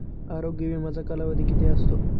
आरोग्य विम्याचा कालावधी किती असतो?